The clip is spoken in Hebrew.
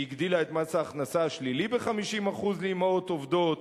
שהיא הגדילה את מס ההכנסה השלילי ב-50% לאמהות עובדות,